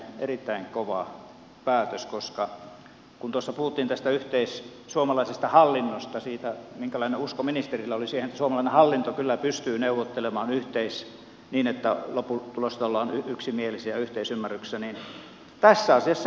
kun puhuttiin tästä suomalaisesta hallinnosta siitä minkälainen usko ministerillä oli siihen että suomalainen hallinto kyllä pystyy neuvottelemaan niin että lopputuloksesta ollaan yksimielisiä yhteisymmärryksessä niin tässä asiassa ei ole sitä